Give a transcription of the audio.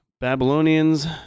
Babylonians